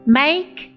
make